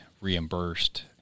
reimbursed